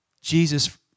Jesus